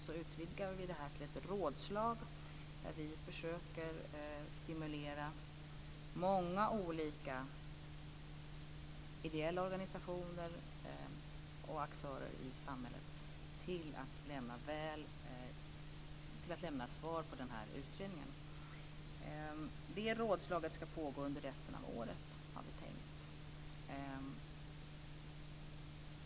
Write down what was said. Tvärtom utvidgar vi det här till ett rådslag där vi försöker stimulera många olika ideella organisationer och aktörer i samhället till att lämna svar på utredningen. Det rådslaget ska pågå under resten av året, har vi tänkt.